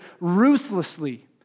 ruthlessly